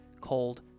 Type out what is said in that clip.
called